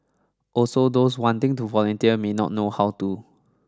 also those wanting to volunteer may not know how to